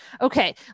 Okay